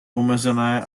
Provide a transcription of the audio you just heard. omezené